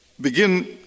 begin